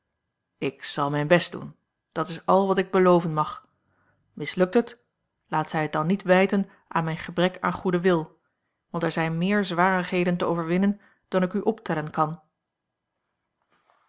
ik zal mijn best doen dat is al wat ik beloven mag mislukt het laat zij het dan niet wijten aan mijn gebrek aan goeden wil want er zijn meer zwarigheden te overwinnen dan ik u optellen kan